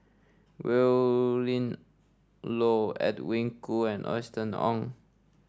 Willin Low Edwin Koo and Austen Ong